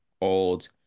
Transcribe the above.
old